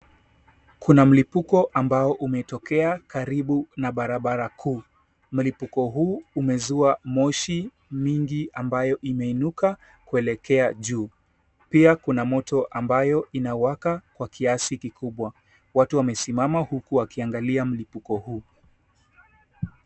Kuna mlipuko ambao umetokea karibu na barabara kuu. Mlipuko huu umezua moshi mingi ambayo imeinuka kuelekea juu. Pia kuna moto ambayo inawaka kwa kiasi kikubwa. Watu wamesimama huku wakiangalia mlipuko huu.